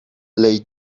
lay